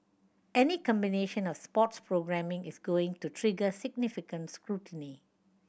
any combination of sports programming is going to trigger significant scrutiny